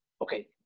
okay